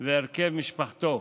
והרכב משפחתו.